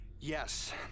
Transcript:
Yes